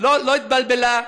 לא התבלבלה,